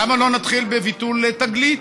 למה לא נתחיל בביטול תגלית?